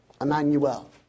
Emmanuel